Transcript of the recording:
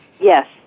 Yes